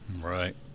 Right